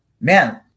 man